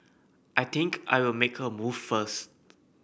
I think I'll make a move first